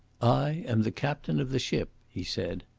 i am the captain of the ship, he said.